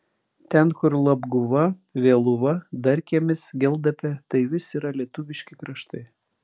ten kur labguva vėluva darkiemis geldapė tai vis yra lietuviški kraštai